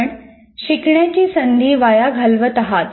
आपण शिकण्याची संधी वाया घालवत आहात